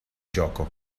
gioco